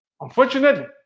Unfortunately